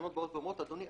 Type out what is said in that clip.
התקנות באות ואומרות: אדוני,